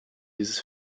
dieses